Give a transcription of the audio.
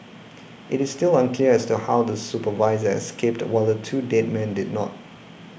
it is still unclear as to how the supervisor escaped while the two dead men did not